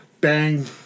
bang